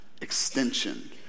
extension